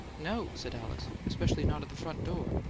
no, said alice. especially not at the front door.